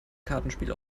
kartenspiel